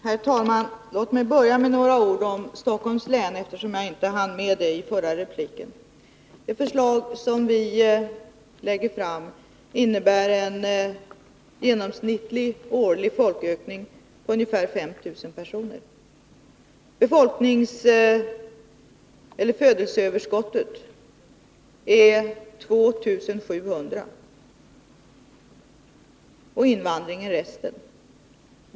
Herr talman! Låt mig börja med några ord om Stockholms län, eftersom jag inte hann med det i den förra repliken. Det förslag som vi lägger fram innebär en genomsnittlig årlig folkökning på ungefär 5 000 personer. Födelseöverskottet är 2 700 och invandringen svarar för resten av befolkningsökningen.